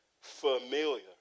familiar